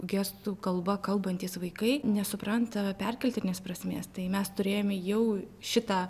gestų kalba kalbantys vaikai nesupranta perkeltinės prasmės tai mes turėjome jau šitą